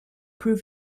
prove